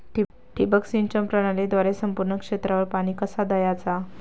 ठिबक सिंचन प्रणालीद्वारे संपूर्ण क्षेत्रावर पाणी कसा दयाचा?